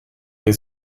der